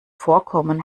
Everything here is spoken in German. vorkommen